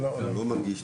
לא, הוא לא מרגיש טוב.